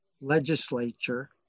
legislature